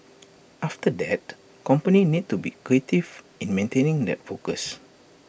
after that companies need to be creative in maintaining that focus